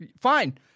Fine